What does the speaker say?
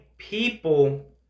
people